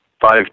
five